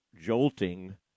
jolting